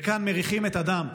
וכאן מריחים את הדם,